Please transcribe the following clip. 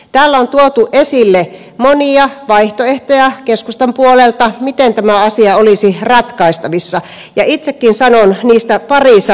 täällä on tuotu esille keskustan puolelta monia vaihtoehtoja miten tämä asia olisi ratkaistavissa ja itsekin sanon niistä pari sanaa